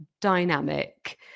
dynamic